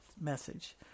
message